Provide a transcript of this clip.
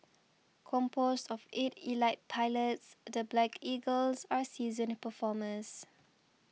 composed of eight elite pilots the Black Eagles are seasoned performers